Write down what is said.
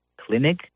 clinic